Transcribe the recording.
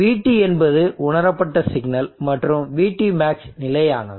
VT என்பது உணரப்பட்ட signal மற்றும் VTmax நிலையானது